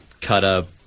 cut-up